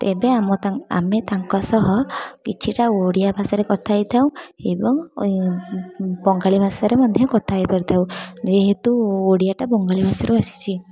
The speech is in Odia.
ତେବେ ଆମେ ତାଙ୍କ ଆମେ ତାଙ୍କ ସହ କିଛିଟା ଓଡ଼ିଆ ଭାଷାରେ କଥା ହେଇଥାଉ ଏବଂ ବଙ୍ଗାଳୀ ଭାଷାରେ ମଧ୍ୟ କଥା ହେଇପାରିଥାଉ ଯେହେତୁ ଓଡ଼ିଆଟା ବଙ୍ଗାଳୀ ଭାଷାରୁ ଆସିଛି